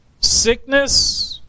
sickness